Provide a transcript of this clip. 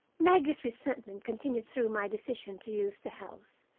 maggie's resentment continued through my decision to use the house,